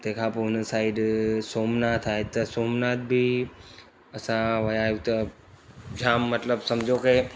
तंहिंखां पोइ उन साइड सोमनाथ आहे त सोमनाथ बि असां विया आहियूं उते जाम मतिलबु सम्झो के